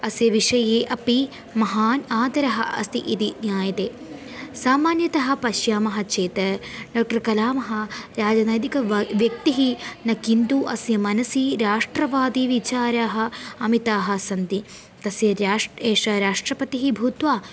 अस्य विषये अपि महान् आदरः अस्ति इति ज्ञायते सामान्यतः पश्यामः चेत् डाक्टर् कलामः राजनैतिकः व्यक्तिः न किन्तु अस्य मनसि राष्ट्रवादीविचाराः अमिताः सन्ति तस्य राष् एषः राष्ट्रपतिः भूत्वा